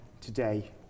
today